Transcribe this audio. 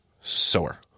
sower